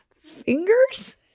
fingers